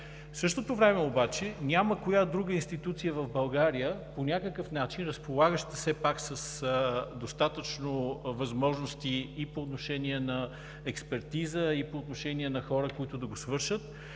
В същото време обаче няма коя друга институция в България, по някакъв начин, разполагаща все пак с достатъчно възможности по отношение на експертиза и по отношение на хора, които да го свършат,